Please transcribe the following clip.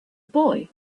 boy